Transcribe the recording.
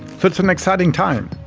so it's an exciting time.